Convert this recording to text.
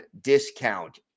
discount